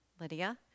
Lydia